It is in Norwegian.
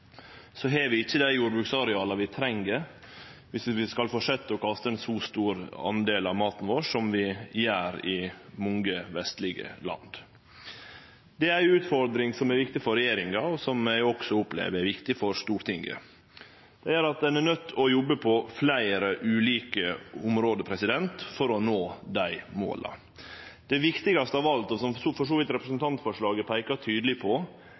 så stor del av maten vår, som vi gjer i mange vestlege land. Det er ei utfordring som er viktig for regjeringa, og som eg også opplever er viktig for Stortinget. Det gjer at ein er nøydd til å jobbe på fleire ulike område for å nå dei måla. Det viktigaste av alt, og som representantforslaget for så vidt peikar tydeleg på,